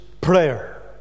prayer